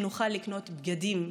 שנוכל לקנות בגדים,